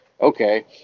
okay